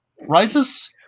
Rises